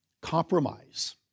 compromise